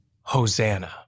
Hosanna